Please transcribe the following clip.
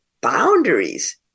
boundaries